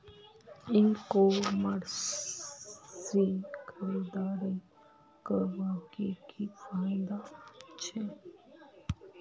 ई commerce से खरीदारी करवार की की फायदा छे?